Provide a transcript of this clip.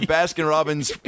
Baskin-Robbins